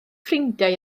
ffrindiau